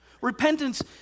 Repentance